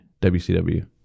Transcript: WCW